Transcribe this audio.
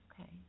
Okay